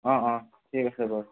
অঁ অঁ ঠিক আছে বাৰু